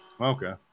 Okay